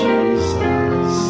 Jesus